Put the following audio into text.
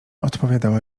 odpowiadała